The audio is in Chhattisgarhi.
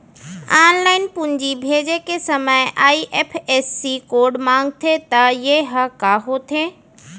ऑनलाइन पूंजी भेजे के समय आई.एफ.एस.सी कोड माँगथे त ये ह का होथे?